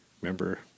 Remember